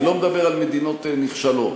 אני לא מדבר על מדינות נחשלות,